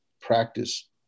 practice